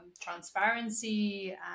transparency